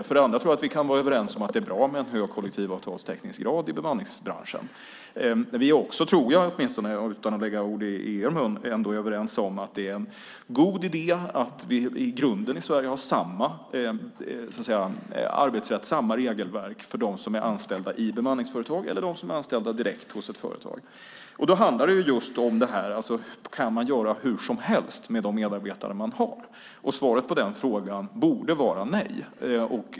För det andra tror jag att vi kan vara överens om att det är bra med en hög kollektivavtalsteckningsgrad i bemanningsbranschen. Vi är också, tror jag åtminstone - utan att lägga ord i er mun - överens om att det är en god idé att vi i grunden i Sverige har samma arbetsrätt och samma regelverk för dem som är anställda i bemanningsföretag och för dem som är anställda direkt hos ett företag. Vad det handlar om är: Kan man göra hur som helst med de medarbetare man har? Svaret på den frågan borde vara nej.